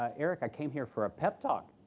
ah eric, i came here for a pep talk.